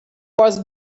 was